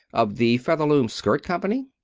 of the featherloom skirt company?